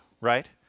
right